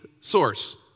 source